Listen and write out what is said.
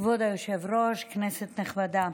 כבוד היושב-ראש, כנסת נכבדה,